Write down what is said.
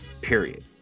Period